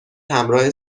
همراه